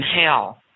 hell